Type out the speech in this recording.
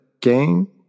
game